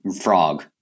frog